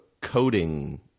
coding